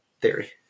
theory